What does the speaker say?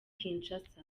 kinshasa